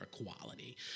equality